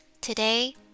Today